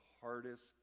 hardest